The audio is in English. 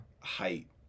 height